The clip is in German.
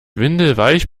windelweich